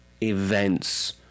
events